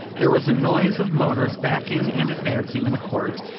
there was a noise of motors backing and advancing in the court,